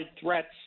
threats